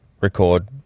record